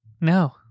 No